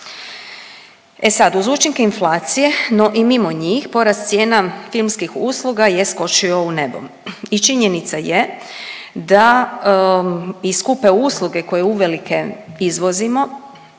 E sad uz učinke inflacije no i mimo njih porast cijena filmskih usluga je skočio u nebo i činjenica je da i skupe usluge koje uvelike izvozimo